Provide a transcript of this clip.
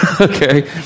okay